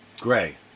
Gray